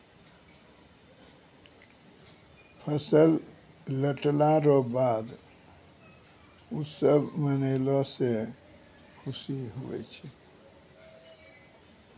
फसल लटला रो बाद उत्सव मनैलो से खुशी हुवै छै